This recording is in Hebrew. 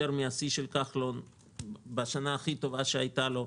מן השיא של כחלון בשנה הכי טובה שהייתה לו,